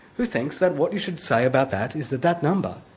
who thinks that what you should say about that is that that number,